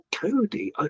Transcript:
Cody